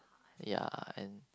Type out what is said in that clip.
ya and